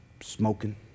smoking